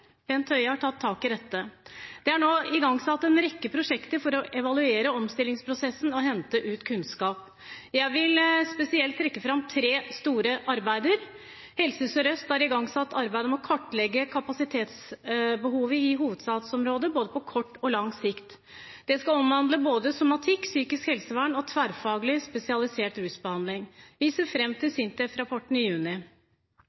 Bent Høie har tatt tak i dette. Det er nå igangsatt en rekke prosjekter for å evaluere omstillingsprosessen og hente ut kunnskap. Jeg vil spesielt trekke fram tre store arbeider: Helse Sør-Øst har igangsatt arbeidet med å kartlegge kapasitetsbehovet i hovedstadsområdet på både kort og lang sikt. Det skal omhandle både somatikk, psykisk helsevern og tverrfaglig spesialisert rusbehandling. Vi ser fram til